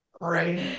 Right